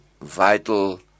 vital